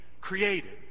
created